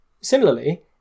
Similarly